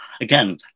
again